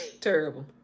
Terrible